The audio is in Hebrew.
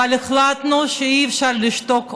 אבל החלטנו שאי-אפשר לשתוק עוד.